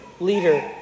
leader